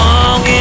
Long